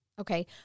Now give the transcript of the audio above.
Okay